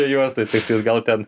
juostoj tiktais gal ten